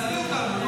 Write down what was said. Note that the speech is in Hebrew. עזבו אותנו.